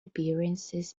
appearances